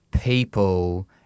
people